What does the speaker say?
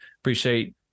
appreciate